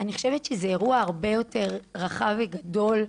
אני חושבת שזה אירוע הרבה יותר רחב וגדול,